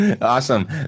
Awesome